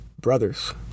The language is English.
brothers